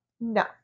no